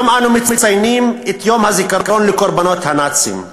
היום אנו מציינים את יום הזיכרון לקורבנות הנאצים.